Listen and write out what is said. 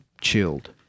chilled